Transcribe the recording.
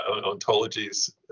ontologies